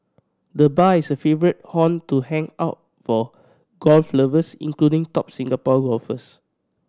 the bar is a favourite haunt to hang out for golf lovers including top Singapore golfers